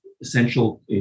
essential